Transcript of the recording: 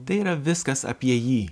tai yra viskas apie jį